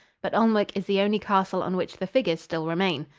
but alnwick is the only castle on which the figures still remain.